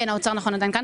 כן, האוצר עדיין כאן.